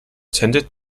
tended